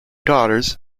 daughters